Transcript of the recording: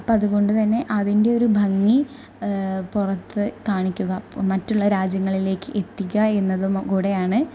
അപ്പോൾ അതുകൊണ്ടുതന്നെ അതിന്റെയൊരു ഭംഗി പുറത്ത് കാണിക്കുക മറ്റുള്ള രാജ്യങ്ങളിലേക്ക് എത്തിക്കുകയെന്നതും കൂടെയാണ്